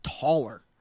taller